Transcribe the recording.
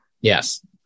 Yes